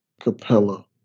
Capella